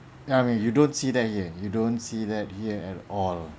ya maybe you don't see that here you don't see that here at all